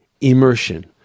immersion